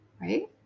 right